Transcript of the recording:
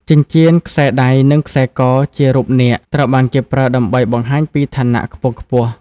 ចិញ្ចៀន ខ្សែដៃ និងខ្សែ ក ជារូបនាគត្រូវបានគេប្រើដើម្បីបង្ហាញពីឋានៈខ្ពង់ខ្ពស់។